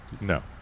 No